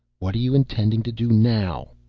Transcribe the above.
what are you intending to do now?